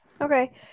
Okay